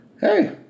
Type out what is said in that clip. Hey